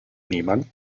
niemand